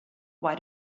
why